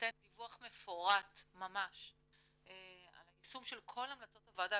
ייתן דיווח מפורט ממש על היישום של כל המלצות הוועדה.